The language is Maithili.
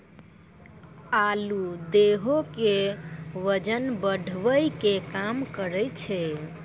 आलू देहो के बजन बढ़ावै के काम करै छै